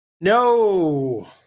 No